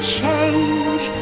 change